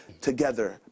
together